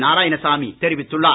நாராயணசாமி தெரிவித்துள்ளார்